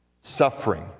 Suffering